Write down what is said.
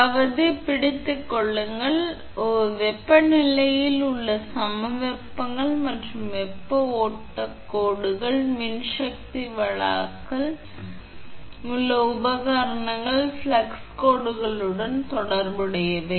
அதாவது பிடித்துக் கொள்ளுங்கள் அதாவது வெப்ப வழக்கில் உள்ள சமவெப்பங்கள் மற்றும் வெப்ப ஓட்டக் கோடுகள் மின்சக்தி வழக்கில் உள்ள உபகரணங்கள் மற்றும் ஃப்ளக்ஸ் கோடுகளுடன் தொடர்புடையவை